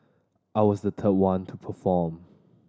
I was the third one to perform